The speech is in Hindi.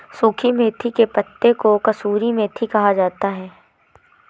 सुखी मेथी के पत्तों को कसूरी मेथी कहा जाता है